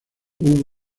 hubo